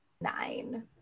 Nine